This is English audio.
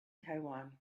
taiwan